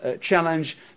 challenge